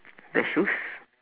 the shoes